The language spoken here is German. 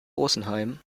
rosenheim